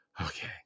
Okay